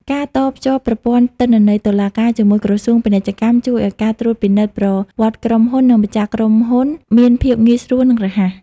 ការតភ្ជាប់ប្រព័ន្ធទិន្នន័យតុលាការជាមួយក្រសួងពាណិជ្ជកម្ម ជួយឱ្យការត្រួតពិនិត្យប្រវត្តិក្រុមហ៊ុន និងម្ចាស់ភាគហ៊ុនមានភាពងាយស្រួល និងរហ័ស។